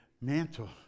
mantle